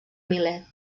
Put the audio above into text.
miler